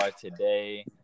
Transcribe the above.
today